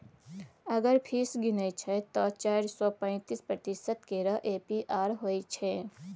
अगर फीस गिनय छै तए चारि सय पैंतीस प्रतिशत केर ए.पी.आर होइ छै